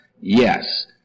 Yes